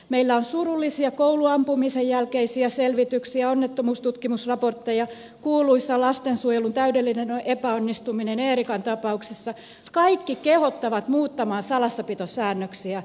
meillä on surullisia kouluampumisen jälkeisiä selvityksiä onnettomuustutkimusraportteja kuuluisa lastensuojelun täydellinen epäonnistuminen eerikan tapauksessa kaikki kehottavat muuttamaan salassapitosäännöksiä